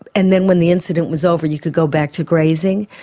and then when the incident was over you could go back to grazing.